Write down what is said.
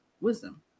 wisdom